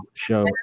show